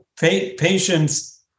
patients